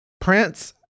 prince